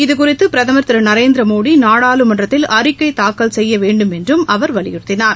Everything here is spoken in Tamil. இது குறித்து பிரதமர் திரு நரேந்திரமோடி நாடாளுமன்றத்தில் அறிக்கை தாக்கல் செய்ய வேண்டுமென்றும் அவர் வலியுறுத்தினார்